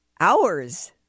hours